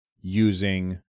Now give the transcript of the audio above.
using